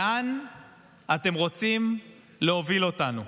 לאן אתם רוצים להוביל אותנו?